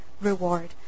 reward